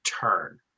turn